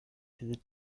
diese